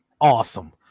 awesome